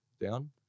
down